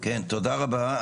כן, תודה רבה.